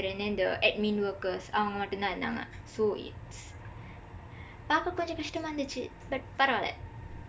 and then the admin workers அவங்க மட்டும் தான் இருந்தாங்க:avangka matdum thaan irundthaangka so it's பார்க்க கொஞ்சம் கஷ்டமா இருந்துச்சு:paarkka konjsam kashdamaa irundthuchsu but பரவாயில்ல:paravaayilla